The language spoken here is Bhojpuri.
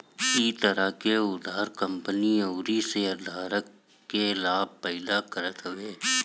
इ तरह के उधार कंपनी अउरी शेयरधारक के लाभ पैदा करत हवे